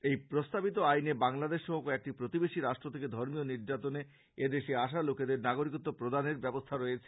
এই প্রস্তাবিত আইনে বাংলাদেশ সহ কয়েকটি প্রতিবেশি রাষ্ট্র থেকে ধর্মীয় নির্যাতনে এদেশে আসা লোকেদের নাগরিকত্ব প্রদানের ব্যবস্থা রয়েছে